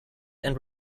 and